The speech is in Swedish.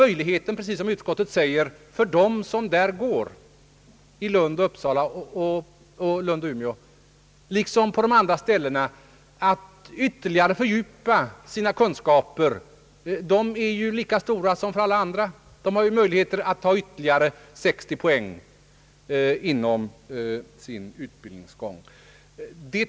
Möjligheterna — som utskottet också framhåller — för dem som studerar i Lund, i Uppsala, i Umeå eller på de andra orterna att ytterligare fördjupa sina kunskaper är lika stora som för alla andra. De har möjlighet att ta ytterligare 60 poäng inom sin utbildningsgång.